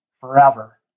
forever